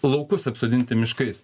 laukus apsodinti miškais